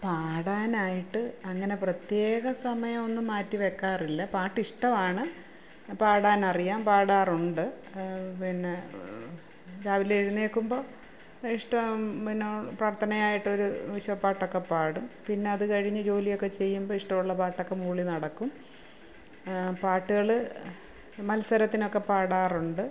പാടാനായിട്ട് അങ്ങനെ പ്രത്യേക സമയമൊന്നും മാറ്റിവെക്കാറില്ല പാട്ടിഷ്ടവാണ് പാടാനറിയാം പാടാറുണ്ട് പിന്നെ രാവിലെ എഴുന്നേൽക്കുമ്പോൾ ഇഷ്ടം പിന്നെ പ്രാർത്ഥനയായിട്ടൊരു ഈശോപ്പാട്ടൊക്കെപ്പാടും പിന്നെ അതുകഴിഞ്ഞ് ജോലിയൊക്കെ ചെയ്യുമ്പം ഇഷ്ടമുള്ള പാട്ടൊക്കെ മൂളിനടക്കും പാട്ടുകൾ മത്സരത്തിനൊക്കെ പാടാറുണ്ട്